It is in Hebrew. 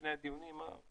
שני הדיונים.